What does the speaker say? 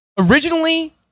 originally